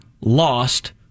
lost